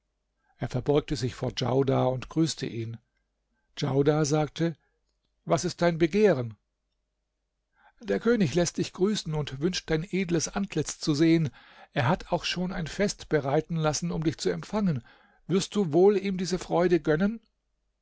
er verbeugte sich vor djaudar und grüßte ihn djaudar sagte was ist dein begehren der könig läßt dich grüßen und wünscht dein edles antlitz zu sehen er hat auch schon ein fest bereiten lassen um dich zu empfangen wirst du wohl ihm diese freude gönnen